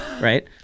right